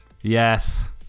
Yes